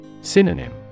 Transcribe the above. Synonym